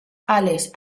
ales